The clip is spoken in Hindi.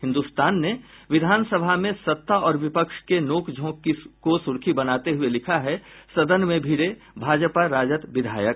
हिन्दुस्तान ने विधानसभा में सत्ता और विपक्ष के नोकझोंक को सुर्खी बनाते हुये लिखा है सदन में भिड़े भाजपा राजद विधायक